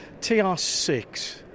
TR6